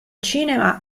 cinema